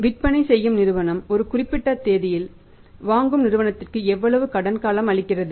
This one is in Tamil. விற்பனை செய்யும் நிறுவனம் ஒரு குறிப்பிட்ட தேதியில் வாங்கும் நிறுவனத்திற்கு எவ்வளவு கடன் காலம் அளிக்கிறது